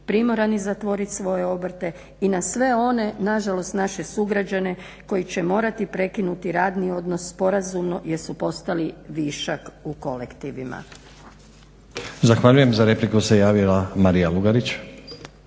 primorani zatvoriti svoje obrte i na sve one nažalost naše sugrađane koji će morati prekinuti radni odnos sporazumno jer su postali višak u kolektivima.